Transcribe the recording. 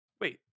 Wait